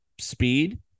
speed